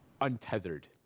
untethered